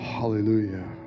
Hallelujah